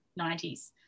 90s